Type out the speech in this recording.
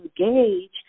engage